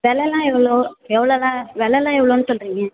விலல்லாம் எவ்வளோ எவ்வளோ தான் விலல்லாம் எவ்வளோன்னு சொல்கிறீங்க